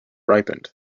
ripened